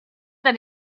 that